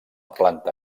planta